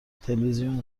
تلویزیون